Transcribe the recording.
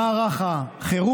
אם במערך החירום,